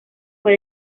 fue